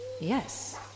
Yes